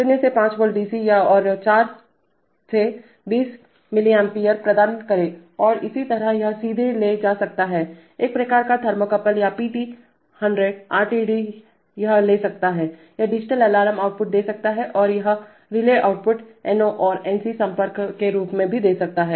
0 से 5 volt DC और 4 to 20 mA प्रदान करें और इसी तरह यह सीधे ले जा सकता है एक प्रकार का थर्मोकपल या पीटी 100 आरटीडी यह ले सकता है यह डिजिटल अलार्म आउटपुट दे सकता है या यह रिले आउटपुट NO और NC संपर्क के रूप में भी दे सकता है